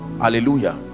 hallelujah